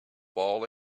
fall